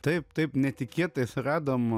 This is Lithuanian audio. taip taip netikėtai suradom